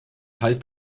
heißt